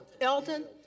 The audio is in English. Elton